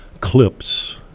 clips